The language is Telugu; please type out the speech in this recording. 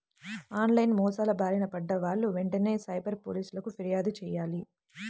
ఆన్ లైన్ మోసాల బారిన పడ్డ వాళ్ళు వెంటనే సైబర్ పోలీసులకు పిర్యాదు చెయ్యాలి